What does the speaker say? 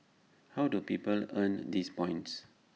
how do people earn these points